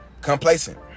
complacent